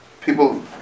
people